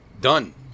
Done